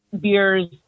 beers